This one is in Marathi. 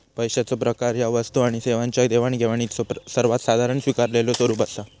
पैशाचो प्रकार ह्या वस्तू आणि सेवांच्यो देवाणघेवाणीचो सर्वात साधारण स्वीकारलेलो स्वरूप असा